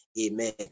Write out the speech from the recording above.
amen